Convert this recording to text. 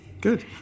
Good